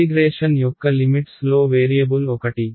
integration యొక్క limits లో variable ఒకటి